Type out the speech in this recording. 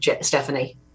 Stephanie